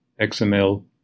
XML